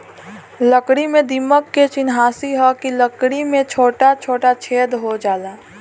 लकड़ी में दीमक के चिन्हासी ह कि लकड़ी में छोटा छोटा छेद हो जाला